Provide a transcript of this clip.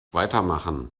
weitermachen